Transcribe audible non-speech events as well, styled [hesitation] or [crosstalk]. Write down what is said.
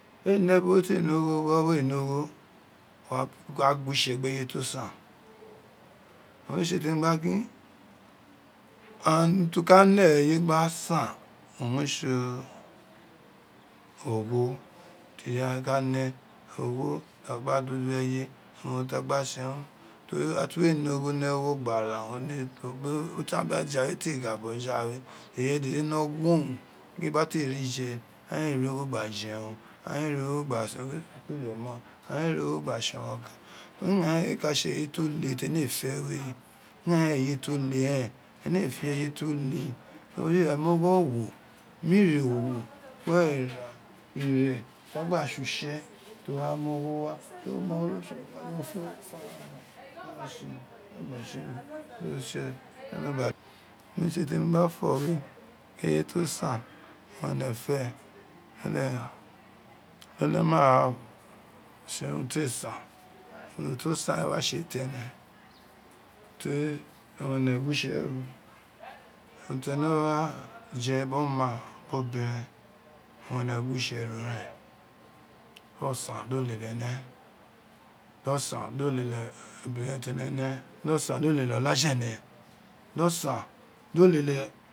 Se biri wo te ne ogho or wee ne ogho wo wa gwitse gbe eye ti o san uwun re tse temi gba gini owun re tse ogho ti irenye ka ne ogho owun a gba dun ireye urun ti aka tse [hesitation] ira ti we re ogho ne wo gba ra urun [unintelligible] aje we gba gha boto jaiwe eye olede no wu ojin ogho gba jerun aghan ee ri ogho gba tse urun okan eren ee ka tse eye to te tene ee fe we ighan eye to le ren ene eee te eye to le teri ira [unintelligible] [noise] were ira ire ti a gba tse utse ti owa mu ogho wa [noise] > [unintelligible] owun re tse temi gba fo we eye tosan ene fe ene ma ra fe urun tee ran urun tosan owun re wa tse tene tori ene gwitse ren o run tere wa je biri oma biri obiren wu ene gwitse ro ren do san do lele ene dosan do lele ebiren ti ene ne do san do lele otaja ene do san to lele